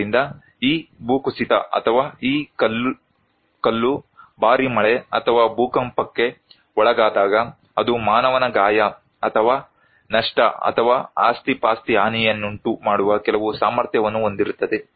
ಆದ್ದರಿಂದ ಈ ಭೂಕುಸಿತ ಅಥವಾ ಈ ಕಲ್ಲು ಭಾರೀ ಮಳೆ ಅಥವಾ ಭೂಕಂಪಕ್ಕೆ ಒಳಗಾದಾಗ ಅದು ಮಾನವನ ಗಾಯ ಅಥವಾ ನಷ್ಟ ಅಥವಾ ಆಸ್ತಿಪಾಸ್ತಿ ಹಾನಿಯನ್ನುಂಟು ಮಾಡುವ ಕೆಲವು ಸಾಮರ್ಥ್ಯವನ್ನು ಹೊಂದಿರುತ್ತದೆ